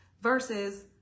Versus